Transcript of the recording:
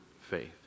faith